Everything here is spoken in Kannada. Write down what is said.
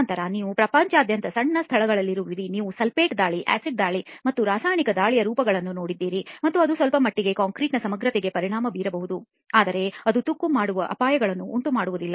ನಂತರ ನೀವು ಪ್ರಪಂಚದಾದ್ಯಂತ ಸಣ್ಣ ಸ್ಥಳಗಳಲ್ಲಿರುವಿರಿ ನೀವು ಸಲ್ಫೇಟ್ದಾಳಿ ಆಸಿಡ್ ದಾಳಿ ಮತ್ತು ರಾಸಾಯನಿಕ ದಾಳಿಯ ರೂಪಗಳನ್ನು ಹೊಂದಿದ್ದೀರಿ ಮತ್ತು ಅದು ಸ್ವಲ್ಪ ಮಟ್ಟಿಗೆ ಕಾಂಕ್ರೀಟ್ನ ಸಮಗ್ರತೆಗೆ ಪರಿಣಾಮ ಬೀರಬಹುದು ಆದರೆ ಅದು ತುಕ್ಕು ಮಾಡುವ ಅಪಾಯಗಳನ್ನು ಉಂಟುಮಾಡುವುದಿಲ್ಲ